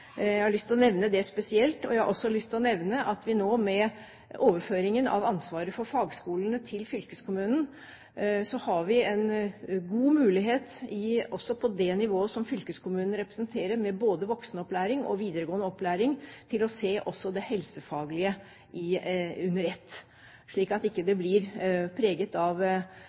Jeg har lyst til å nevne det spesielt. Jeg har også lyst til å nevne at med overføringen av ansvaret for fagskolen til fylkeskommunen har vi en god mulighet – også på det nivået som fylkeskommunen representerer, med både voksenopplæring og videregående opplæring – til å se det helsefaglige under ett, slik at det ikke blir preget av